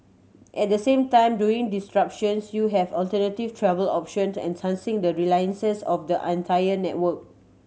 at the same time during disruptions you have alternative travel options to enhancing the resiliences of the entire network